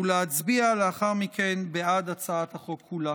ולהצביע לאחר מכן בעד הצעת החוק כולה.